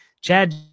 Chad